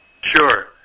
sure